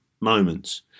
moments